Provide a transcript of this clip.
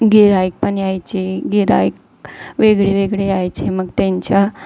गिराइक पन यायचे गिराइक वेगळे वेगळे यायचे मग त्यांच्या